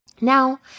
Now